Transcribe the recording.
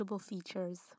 features